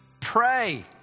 pray